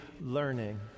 learning